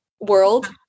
world